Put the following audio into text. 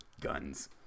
guns